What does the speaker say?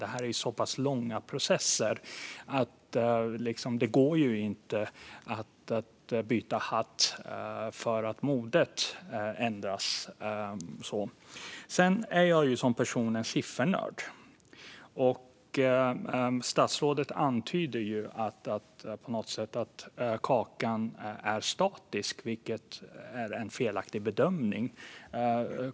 Det är så pass långa processer att det inte går att byta hatt för att modet ändras. Som person är jag en siffernörd, och statsrådet antyder att kakan är statisk, vilket är en felaktig bedömning.